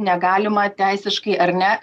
negalima teisiškai ar ne